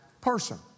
person